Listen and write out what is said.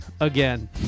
again